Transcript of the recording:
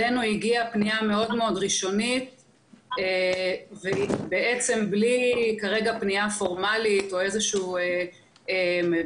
אלינו הגיעה פניה מאוד ראשונית בלי פנייה פורמלית או איזשהו בסיס